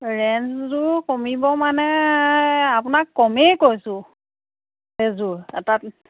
ৰেইঞ্জবোৰ কমিব মানে আপোনাক কমেই কৈছোঁ সেইযোৰ তাত